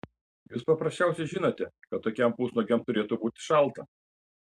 jūs paprasčiausiai žinote kad tokiam pusnuogiam turėtų būti šalta